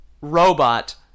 robot